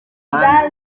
hanze